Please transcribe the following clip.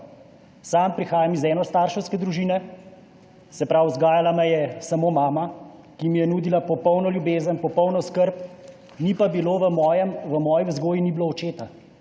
Sam prihajam iz enostarševske družine, se pravi, vzgajala me je samo mama, ki mi je nudila popolno ljubezen, popolno skrb, v moji vzgoji pa ni bilo očeta